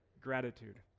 gratitude